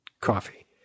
coffee